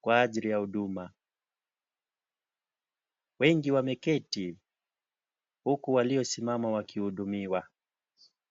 kwa ajili ya huduma, wengi wameketi huku waliosimama wakihudumiwa.